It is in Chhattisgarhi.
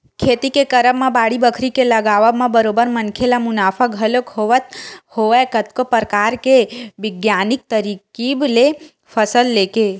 खेती के करब म बाड़ी बखरी के लगावब म बरोबर मनखे ल मुनाफा घलोक होवत हवय कतको परकार के बिग्यानिक तरकीब ले फसल लेके